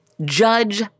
Judge